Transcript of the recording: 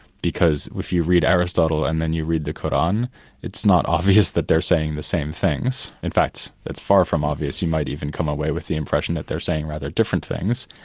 because if you read aristotle and then you read the koran, it's not obvious that they're saying the same things. in fact, it's far from obvious, you might even come away with the impression that they're saying rather different things.